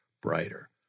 brighter